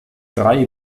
drei